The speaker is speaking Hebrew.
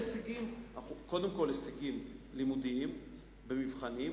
קודם כול, הישגים לימודיים במבחנים,